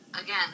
again